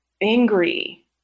angry